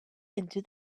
into